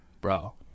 bro